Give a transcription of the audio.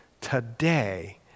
today